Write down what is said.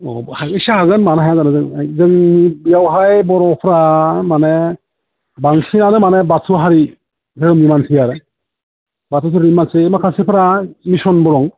अ निस्सय हागोन मानो हाया जानो जोंनि बेयावहाय बर'फ्रा माने बांसिनानो माने बाथौ हारि धोरोमनि मानसि आरो बाथौ धोरोमनि मानसि माखासेफ्रा मिसनबो दं